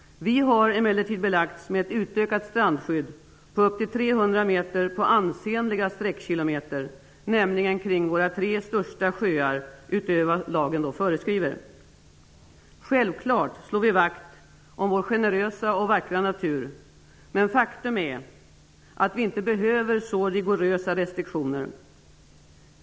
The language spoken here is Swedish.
Vi har emellertid belagts med ett utökat strandskydd på upp till 300 meter på ansenliga sträckkilometer kring våra tre största sjöar, dvs. utöver vad lagen föreskriver. Självfallet slår vi vakt om vår generösa och vackra natur. Men faktum är att vi inte behöver så rigorösa restriktioner.